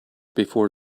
before